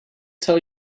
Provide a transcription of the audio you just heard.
tell